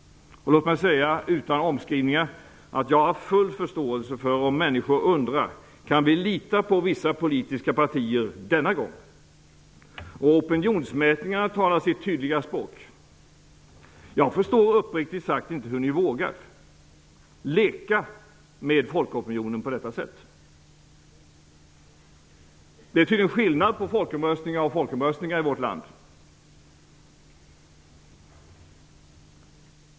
Låt mig utan omskrivningar säga att jag har förståelse för om människor undrar: Kan vi lita på vissa politiska partier denna gång? Opinionsmätningarna talar sitt tydliga språk. Jag förstår, uppriktigt sagt, inte hur ni vågar leka med folkopinionen på detta sätt. Det är tydligen skillnad på folkomröstningar och folkomröstningar i vårt land.